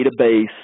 database